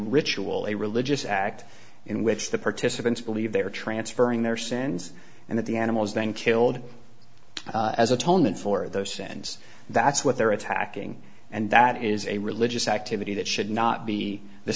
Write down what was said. ritual a religious act in which the participants believe they are transferring their sins and that the animals then killed as atonement for those sins that's what they're attacking and that is a religious activity that should not be the